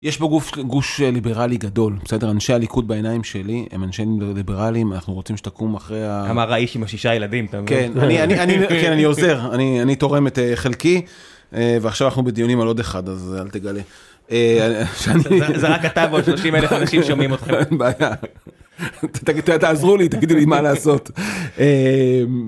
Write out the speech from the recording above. יש בו גוף, גוש ליברלי גדול בסדר אנשי הליכוד, בעיניים שלי הם אנשים ליברליים אנחנו רוצים שתקום אחרי אמר האיש עם השישה ילדים. אני עוזר, אני תורם את חלקי ועכשיו אנחנו בדיונים על עוד אחד אז אל תגלה. זה רק אתה ועוד 30 אלף איש שומעים אותך, אין בעיה, תעזרו לי, תגידו לי מה לעשות